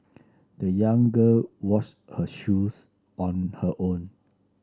the young girl washed her shoes on her own